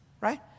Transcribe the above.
Right